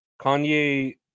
Kanye